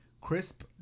Crisp